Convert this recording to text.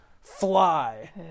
fly